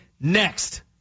next